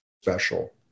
special